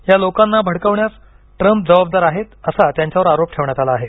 या लोकांना भडकावण्यास ट्रंप यांना जबाबदार आहेत असं त्यांच्यावर आरोप ठेवण्यात आला आहे